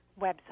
website